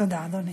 תודה, אדוני.